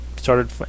started